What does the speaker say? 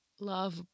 love